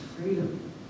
freedom